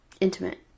Intimate